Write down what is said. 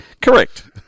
Correct